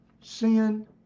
sin